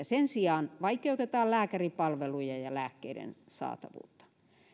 sen sijaan vaikeutetaan lääkäripalvelujen ja lääkkeiden saatavuutta